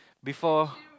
before